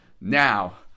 Now